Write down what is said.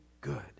good